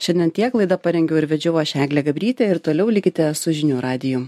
šiandien tiek laidą parengiau ir vedžiau aš eglė gabrytė ir toliau likite su žinių radiju